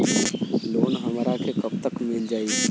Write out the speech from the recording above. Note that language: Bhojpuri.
लोन हमरा के कब तक मिल जाई?